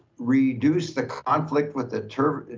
reduce the conflict with the term,